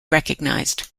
recognized